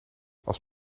als